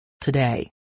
Today